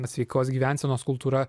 sveikos gyvensenos kultūra